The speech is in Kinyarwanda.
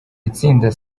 itsinda